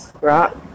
right